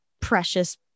precious